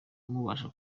kubona